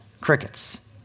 Crickets